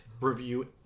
review